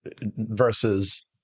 versus